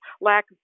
lack